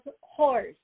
horse